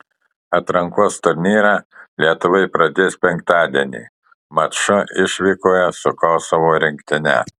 atrankos turnyrą lietuviai pradės penktadienį maču išvykoje su kosovo rinktine